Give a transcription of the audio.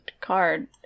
card